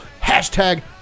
Hashtag